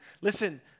listen